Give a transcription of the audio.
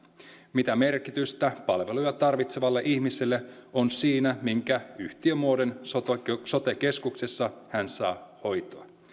mitä merkitystä palveluja tarvitsevalle ihmiselle on siinä minkä yhtiömuodon sote keskuksessa hän saa hoitoa